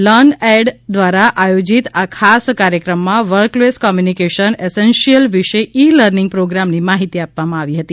learn Ed દ્વારા આયોજિત આ ખાસ કાર્યક્રમમાં વર્કપ્લેસ કોમ્યુનિકેશન એસેન્શીયલ્સ વિષે ઈ લર્નિંગ પ્રોગ્રામની માહિતી આપવામાં આવી હતી